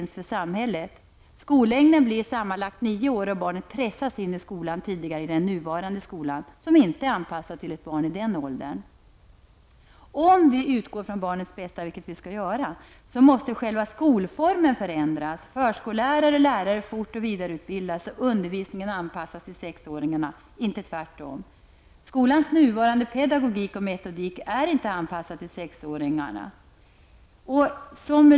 Skollängden blir sammanlagt nio år, och barnet pressas in tidigare i den nuvarande skolan, som inte är anpassad till ett barn i den åldern. Om vi utgår från barnens bästa -- vilket vi skall göra -- måste själva skolformen förändras. Förskollärare och lärare skall fort och vidareutbildas, och undervisningen skall anpassas till sexåringarna -- inte tvärtom. Skolans nuvarande pedagogik och metodik är inte anpassad till sexåringarna.